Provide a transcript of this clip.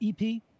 EP